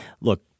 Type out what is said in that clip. look